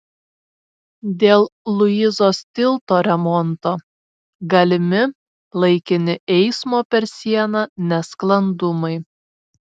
dėl luizos tilto remonto galimi laikini eismo per sieną nesklandumai